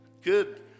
Good